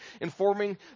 informing